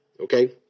okay